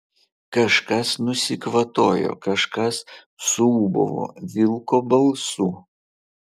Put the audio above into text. kažkas nusikvatojo kažkas suūbavo vilko balsu